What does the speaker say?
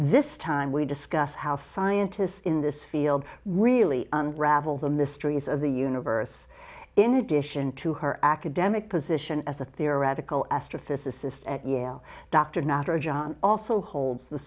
this time we discuss how scientists in this field really unravel the mysteries of the universe in addition to her academic position as a theoretical astrophysicist at yale dr natarajan also holds the